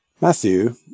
Matthew